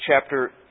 chapter